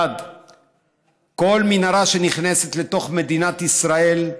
1. כל מנהרה שנכנסת לתוך מדינת ישראל,